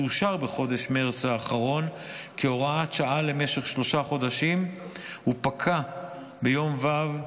הוא אושר בחודש מרץ האחרון כהוראת שעה למשך שלושה חודשים ופקע ביום ו'